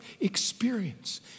experience